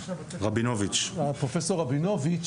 פרופ' רבינוביץ,